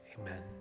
Amen